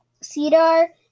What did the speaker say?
Cedar